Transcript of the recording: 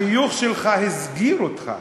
החיוך שלך הסגיר אותך